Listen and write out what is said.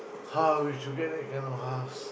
how we should get that kind of house